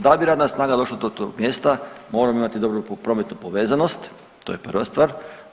Da bi radna snaga došla do tog mjesta moramo imati dobru prometnu povezanost, to je prva stvar.